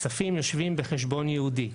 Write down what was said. הכספים יושבים בחשבון ייעודי,